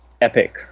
epic